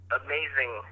amazing